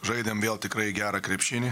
žaidėm vėl tikrai gerą krepšinį